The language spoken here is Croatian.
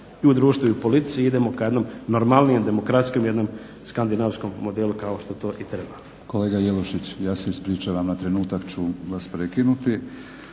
i u društvu i u politici i idemo ka jednom normalnijem, demokratskim, jednom skandinavskom modelu kao što to i treba. **Batinić, Milorad (HNS)** Kolega Jelušić, ja se ispričavam na trenutak ću vas prekinuti.